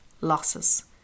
losses